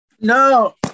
No